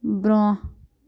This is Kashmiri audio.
برٛۄنٛہہ